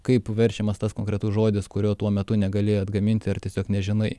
kaip verčiamas tas konkretus žodis kurio tuo metu negali atgaminti ar tiesiog nežinai